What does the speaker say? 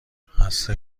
خسته